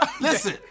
Listen